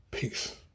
Peace